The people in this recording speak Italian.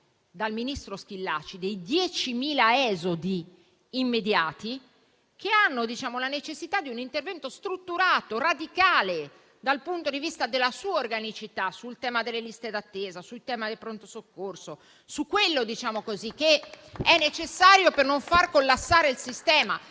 dal ministro Schillaci - dei 10.000 esodi immediati che hanno la necessità di un intervento strutturato, radicale dal punto di vista della sua organicità, sul tema delle liste d'attesa, sul tema dei pronto soccorso e su quanto è necessario per non far collassare il sistema.